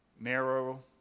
narrow